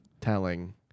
telling